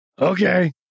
Okay